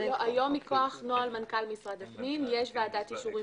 היום מכוח נוהל מנכ"ל משרד הפנים יש ועדת אישורים